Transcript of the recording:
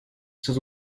sus